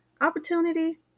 Opportunity